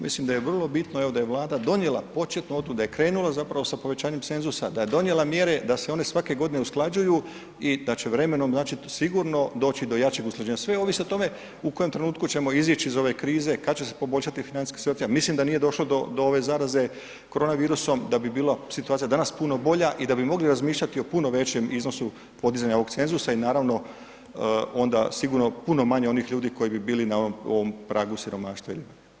Pa mislim da je vrlo bitno da je Vlada donijela početno, da je krenula zapravo sa povećanjem cenzusa, da je donijela mjere, da se one svake godine usklađuju i da će vremenom znači, sigurno doći do jačeg usklađenja, sve ovisi o tome u kojem trenutku ćemo izići iz ove krize, kad će se poboljšati ... mislim da nije došlo do ove zaraze koronavirusom da bi bila situacija danas puno bolja i da bi mogli razmišljati o puno većem iznosu podizanja ovog cenzusa i naravno, onda sigurno puno manje onih ljudi koji bi bili na ovom pragu siromaštva